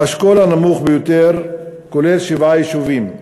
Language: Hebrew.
האשכול הנמוך ביותר כולל שבעה יישובים,